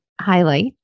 highlight